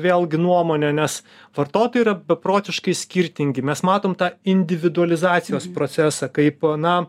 vėlgi nuomonę nes vartotojai yra beprotiškai skirtingi mes matom tą individualizacijos procesą kaip na